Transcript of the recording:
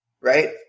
right